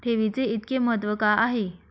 ठेवीचे इतके महत्व का आहे?